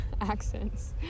accents